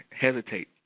hesitate